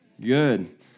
Good